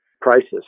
prices